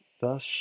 Thus